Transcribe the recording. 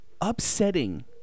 Upsetting